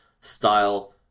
style